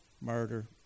murder